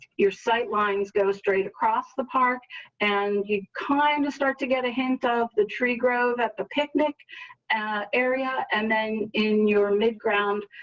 your sight lines go straight across the park and you kind of start to get a hint of the tree grows at the picnic area and then in your mid ground.